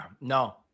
No